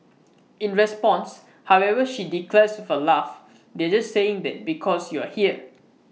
in response however she declares with A laugh they're just saying that because you're here